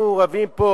אנחנו רבים פה,